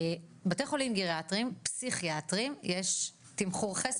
בבתי החולים הגריאטריים - פסיכיאטריים יש תמחור חסר.